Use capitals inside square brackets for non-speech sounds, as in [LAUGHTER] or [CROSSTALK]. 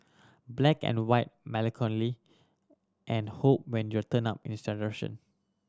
black and white melancholy and hope when you turn up [UNINTELLIGIBLE]